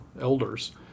elders